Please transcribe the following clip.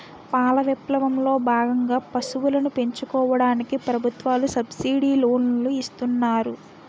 పాల విప్లవం లో భాగంగా పశువులను పెంచుకోవడానికి ప్రభుత్వాలు సబ్సిడీ లోనులు ఇస్తున్నారు